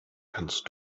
kannst